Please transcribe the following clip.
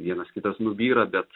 vienas kitas nubyra bet